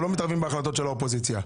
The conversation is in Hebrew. אנחנו לא מתערבים בהחלטות של האופוזיציה.